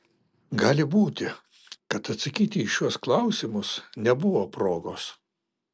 gali būti kad atsakyti į šiuos klausimus nebuvo progos